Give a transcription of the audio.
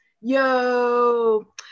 Yo